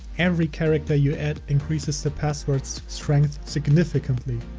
every character you add increases the password's strength significantly.